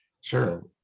sure